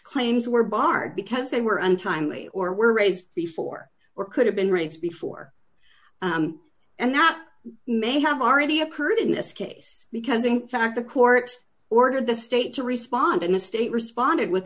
claims were barred because they were untimely or were raised before or could have been raised before and that may have already occurred in this case because in fact the court ordered the state to respond in a state responded with